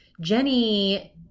Jenny